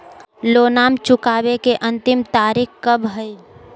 लोनमा चुकबे के अंतिम तारीख कब हय?